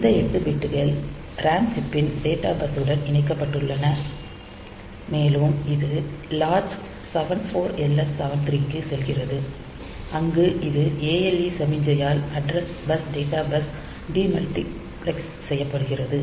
இந்த 8 பிட்கள் RAM சிப்பின் டேட்டா பஸ் உடன் இணைக்கப்பட்டுள்ளன மேலும் இது லாட்சு 74LS73 க்குச் செல்கிறது அங்கு இது ALE சமிக்ஞையால் address bus data bus D மால்டிபிளெக்ஸ் செய்யப்படடுகிறது